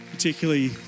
particularly